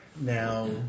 now